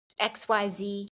XYZ